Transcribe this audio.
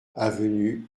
avenue